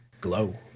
glow